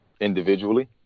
individually